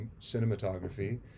cinematography